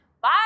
Bye